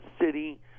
City